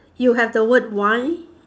you have the word wine